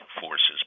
forces